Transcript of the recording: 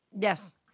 Yes